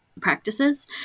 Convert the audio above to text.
practices